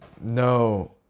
No